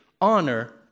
Honor